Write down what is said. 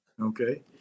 Okay